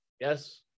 Yes